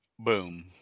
Boom